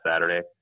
Saturday